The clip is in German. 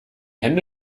hände